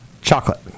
chocolate